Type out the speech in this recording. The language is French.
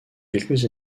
quelques